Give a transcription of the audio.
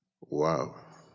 wow